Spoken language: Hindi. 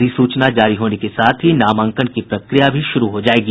अधिसूचना जारी होने के साथ ही नामांकन की प्रक्रिया भी शुरू हो जाएगी